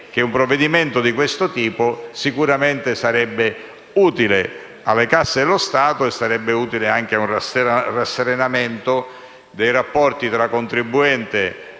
che un provvedimento di questo tipo sicuramente sarebbe utile alle casse dello Stato e a un rasserenamento dei rapporti tra cittadino